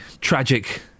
tragic